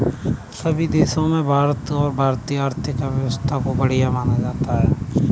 सभी देशों में भारत और भारतीय आर्थिक व्यवस्था को बढ़िया माना जाता है